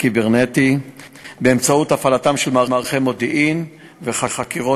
הקיברנטי באמצעות הפעלתם של מערכי מודיעין וחקירות